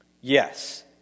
Yes